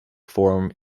form